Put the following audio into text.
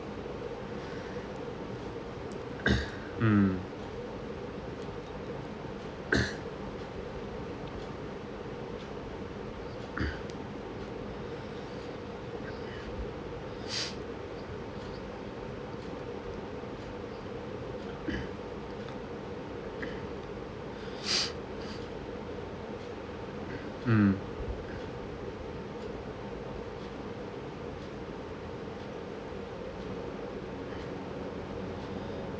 mm mm